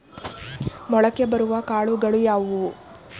ಮೊಳಕೆ ಬರುವ ಕಾಳುಗಳು ಯಾವುವು?